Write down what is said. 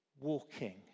walking